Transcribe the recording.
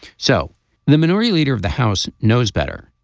so the minority leader of the house knows better.